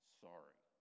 sorry